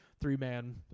three-man